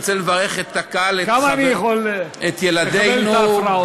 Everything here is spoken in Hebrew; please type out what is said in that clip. כמה אני יכול לקבל את ההפרעות?